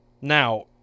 Now